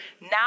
Now